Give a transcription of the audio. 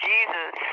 Jesus